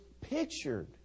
pictured